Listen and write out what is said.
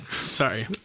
Sorry